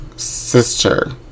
Sister